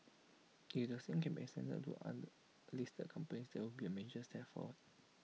if the same can be extended to the other listed companies that would be A major step forward